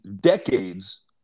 decades